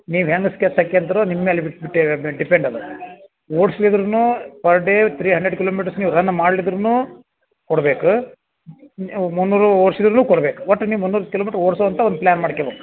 ನೀವು ಹೆಂಗೆ ಸ್ಕೆಚ್ ಹಾಕ್ಕಂತ್ರೋ ನಿಮ್ಮ ಮೇಲೆ ಬಿಟ್ಟು ಬಿಟ್ಟಿರೋದ್ ಡಿಪೆಂಡ್ ಇದೆ ಓಡ್ಸ್ಲಿದ್ರೂ per day three hundred kilometres ನೀವು ರನ್ ಮಾಡ್ಲಿದ್ರೂ ಕೊಡಬೇಕು ಮುನ್ನೂರು ಓಡ್ಸಿದ್ರೂ ಕೊಡ್ಬೇಕು ಒಟ್ಟು ನೀವು ಮುನ್ನೂರು ಕಿಲೋಮೀಟ್ರ್ ಓಡ್ಸುವಂಥ ಒಂದು ಪ್ಲಾನ್ ಮಾಡ್ಕ್ಯಬೇಕ್